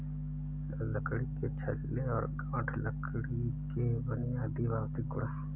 लकड़ी के छल्ले और गांठ लकड़ी के बुनियादी भौतिक गुण हैं